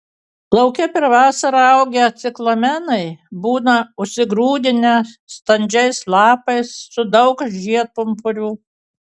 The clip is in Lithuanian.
lauke per vasarą augę ciklamenai būna užsigrūdinę standžiais lapais su daug žiedpumpurių